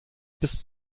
bis